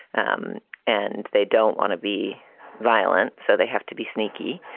um and they don't want to be violent. so they have to be sneaky.